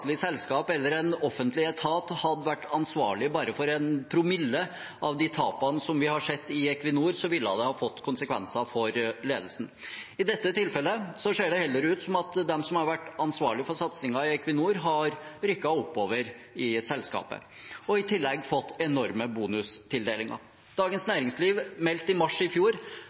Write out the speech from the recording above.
selskap eller en offentlig etat hadde vært ansvarlig for bare en promille av de tapene vi har sett i Equinor, ville det ha fått konsekvenser for ledelsen. I dette tilfellet ser det heller ut som at de som har vært ansvarlige for satsingen i Equinor, har rykket oppover i selskapet og i tillegg fått enorme bonustildelinger. Dagens Næringsliv meldte i mars i fjor